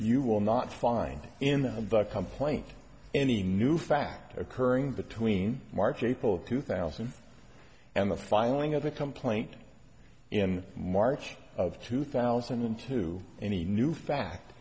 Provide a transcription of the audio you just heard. you will not find in the complaint any new fact occurring between march april two thousand and the filing of the complaint in march of two thousand and two any new fact